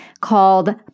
called